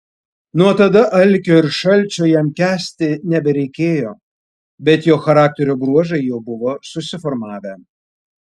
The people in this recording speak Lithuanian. nuo tada alkio ir šalčio jam kęsti nebereikėjo bet jo charakterio bruožai jau buvo susiformavę